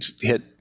hit